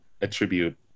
attribute